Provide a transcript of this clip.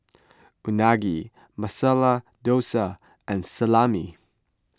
Unagi Masala Dosa and Salami